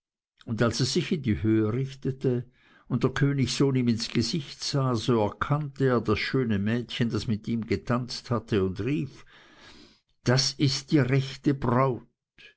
und als es sich in die höhe richtete und der könig ihm ins gesicht sah so erkannte er das schöne mädchen das mit ihm getanzt hatte und rief das ist die rechte braut